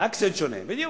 האקסנט שונה, בדיוק.